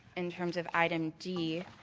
in terms of item d,